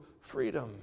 freedom